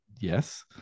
Yes